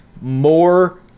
more